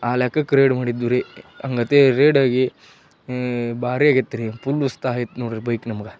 ಆ ಲೆಕ್ಕಕ್ಕೆ ರೈಡ್ ಮಾಡಿದ್ವ್ರಿ ಅಂಗತಿ ರೈಡ್ ಹೋಗಿ ಭಾರಿ ಆಗೈತೆ ರೀ ಪುಲ್ಲ್ ಉತ್ಸಾಹ ಇತ್ತು ನೋಡಿರಿ ಬೈಕ್ ನಮ್ಗೆ